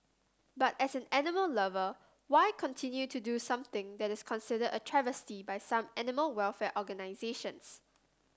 but as an animal lover why continue to do something that is considered a travesty by some animal welfare organisations